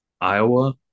Iowa